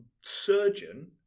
surgeon